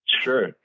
Sure